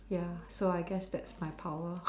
ya so I guess that's my power